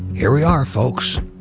here we are folks,